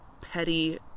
petty